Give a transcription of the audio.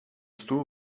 stoel